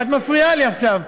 את מפריעה לי עכשיו.